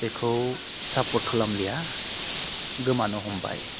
बेखौ साफत खालामलिया गोमानो हमबाय